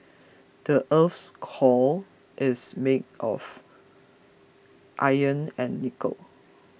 the earth's core is made of iron and nickel